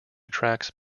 attracts